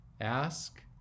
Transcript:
Ask